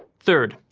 third,